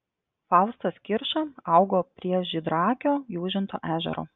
faustas kirša augo prie žydraakio jūžinto ežero